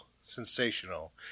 sensational